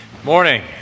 morning